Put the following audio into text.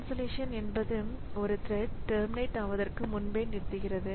cancellation என்பது ஒரு thread terminate ஆவதற்கு முன்பே நிறுத்துகிறது